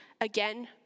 Again